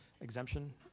exemption